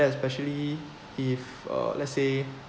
especially if uh let's say